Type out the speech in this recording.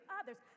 others